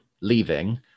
leaving